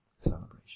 Celebration